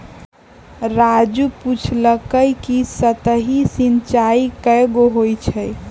राजू पूछलकई कि सतही सिंचाई कैगो होई छई